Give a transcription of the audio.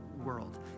world